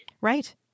Right